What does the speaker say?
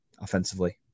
offensively